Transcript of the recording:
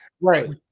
Right